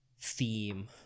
theme